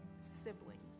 siblings